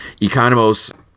Economos